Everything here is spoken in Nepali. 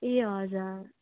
ए हजुर